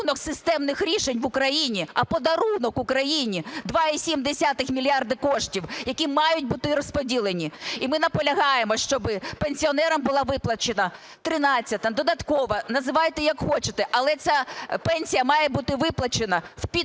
системних рішень в Україні, а подарунок Україні – 2,7 мільярда коштів, які мають бути розподілені. І ми наполягаємо, щоб пенсіонерам була виплачена тринадцята, додаткова – називайте як хочете, але ця пенсія має бути виплачена в підтримку